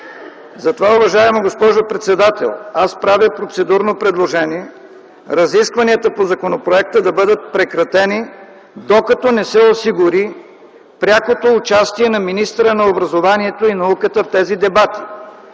Затова, уважаема госпожо председател, правя процедурно предложение разискванията по законопроекта да бъдат прекратени, докато не се осигури прякото участие на министъра на образованието и науката в тези дебати.